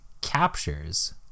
captures